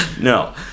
no